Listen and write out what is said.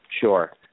Sure